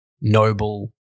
noble